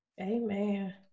amen